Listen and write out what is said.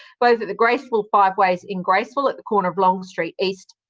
both at the graceville fiveways in graceville at the corner of long street east,